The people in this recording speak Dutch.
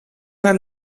hem